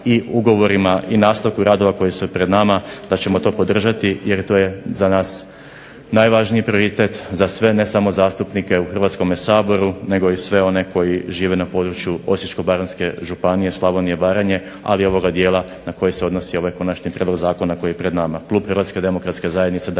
i ugovorima i nastavku radova koji su pred nama da ćemo to podržati jer to je za nas najvažniji prioritet za sve ne samo zastupnike u Hrvatskom saboru nego i sve one koji žive na području Osječko-baranjske županije, Slavonije i Baranje ali i ovoga dijela na koje se odnosi ovaj konačni prijedlog zakona koji je pred nama.